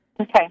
Okay